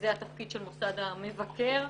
זה התפקיד של מוסד המבקר,